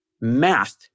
Math